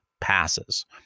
passes